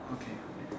okay okay